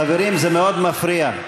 חברים, זה מפריע מאוד.